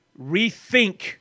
rethink